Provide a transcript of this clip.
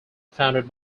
founded